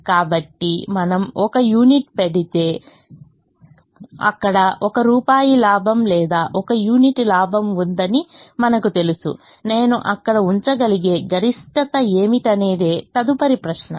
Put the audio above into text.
కాబట్టి మనము ఒక యూనిట్ పెడితే అక్కడ 1 రూపాయి లాభం లేదా 1 యూనిట్ లాభం ఉందని మనకు తెలుసు నేను అక్కడ ఉంచగలిగే గరిష్టత ఏమిటనేదే తదుపరి ప్రశ్న